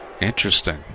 Interesting